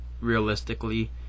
realistically